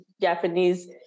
Japanese